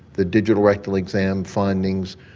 the digital rectal exam findings,